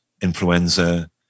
influenza